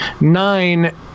nine